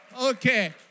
okay